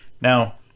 Now